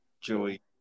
Joey